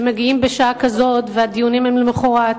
שמגיעים בשעה כזאת והדיונים הם למחרת,